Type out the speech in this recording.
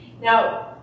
Now